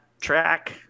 track